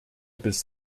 bis